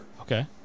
Okay